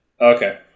Okay